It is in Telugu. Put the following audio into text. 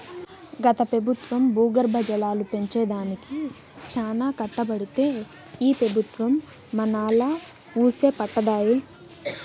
గత పెబుత్వం భూగర్భ జలాలు పెంచే దానికి చానా కట్టబడితే ఈ పెబుత్వం మనాలా వూసే పట్టదాయె